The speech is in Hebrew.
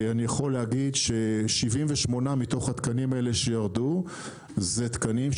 אני יכול להגיד ש-78 מתוך התקנים האלה שירדו הם תקנים,